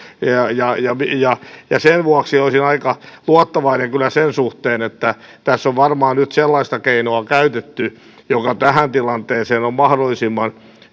ja ja sen vuoksi olisin aika luottavainen kyllä sen suhteen että tässä on varmaan nyt sellaista keinoa käytetty joka tähän tilanteeseen on mahdollisimman